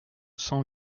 cent